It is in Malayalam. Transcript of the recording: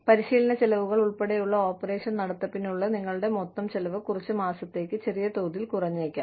പരിശീലനച്ചെലവുകൾ ഉൾപ്പെടെയുള്ള ഓപ്പറേഷൻ നടത്തിപ്പിനുള്ള നിങ്ങളുടെ മൊത്തം ചെലവ് കുറച്ച് മാസത്തേക്ക് ചെറിയ തോതിൽ കുറഞ്ഞേക്കാം